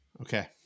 Okay